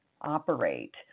operate